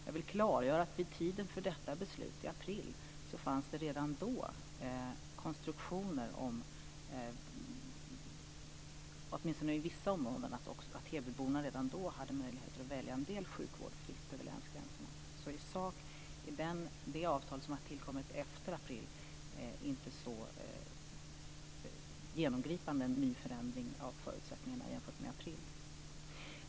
Jag vill klargöra att vid tiden för detta beslut, i april, fanns det konstruktioner, åtminstone på vissa områden, som gjorde att hebyborna redan då hade möjligheter att välja en del sjukvård fritt över länsgränserna. I sak innebär alltså inte det avtal som har tillkommit efter april så genomgripande förändringar av förutsättningarna jämfört med i april.